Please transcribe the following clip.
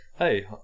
hey